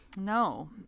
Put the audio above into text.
No